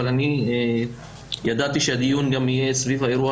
אבל אני ידעתי שהדיון גם יהיה סביב האירוע